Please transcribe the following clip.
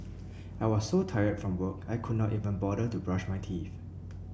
I was so tired from work I could not even bother to brush my teeth